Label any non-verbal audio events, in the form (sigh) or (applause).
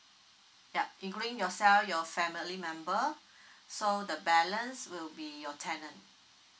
yup including yourself your family member (breath) so the balance will be your tenant